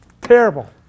terrible